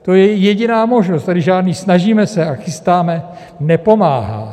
To je jediná možnost, tady žádné snažíme se a chystáme nepomáhá.